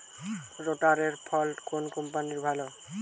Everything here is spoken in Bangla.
রোটারের ফল কোন কম্পানির ভালো?